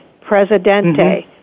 Presidente